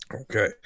Okay